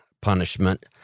punishment